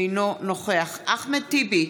אינו נוכח אחמד טיבי,